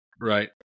right